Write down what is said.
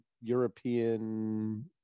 European